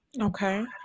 Okay